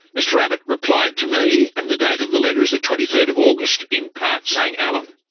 mr abbot replied to me, and the date of the letter is the twenty third of august, in part saying alan,